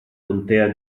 contea